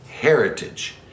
heritage